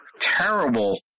terrible